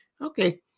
Okay